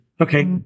Okay